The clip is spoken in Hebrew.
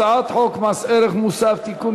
הצעת חוק מס ערך מוסף (תיקון,